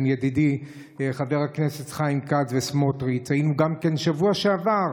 עם ידידי חבר הכנסת חיים כץ ועם סמוטריץ'; היינו גם בשבוע שעבר,